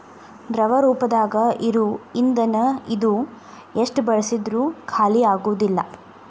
ದ್ರವ ರೂಪದಾಗ ಇರು ಇಂದನ ಇದು ಎಷ್ಟ ಬಳಸಿದ್ರು ಖಾಲಿಆಗುದಿಲ್ಲಾ